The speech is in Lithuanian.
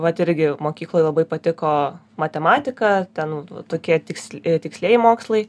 vat irgi mokykloj labai patiko matematika ten tokie tiksl tikslieji mokslai